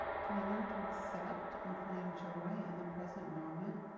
can i learn to accept and find joy in the present moment?